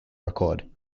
record